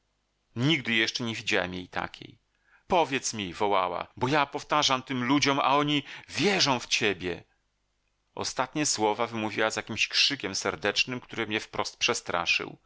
nigdy jeszcze nie widziałem jej takiej powiedz mi wołała bo ja to powtarzam tym ludziom a oni wierzą w ciebie ostatnie słowa wymówiła z jakimś krzykiem serdecznym który mnie wprost przestraszył